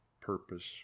purpose